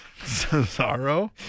Cesaro